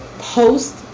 post